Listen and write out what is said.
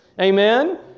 Amen